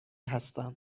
هستم